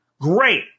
Great